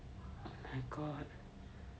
my god